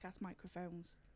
microphones